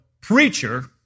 preacher